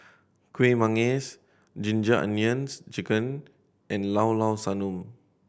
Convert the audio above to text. Kueh Manggis Ginger Onions Chicken and Llao Llao Sanum